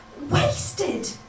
wasted